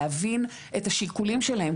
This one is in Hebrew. להבין את השיקולים שלהם,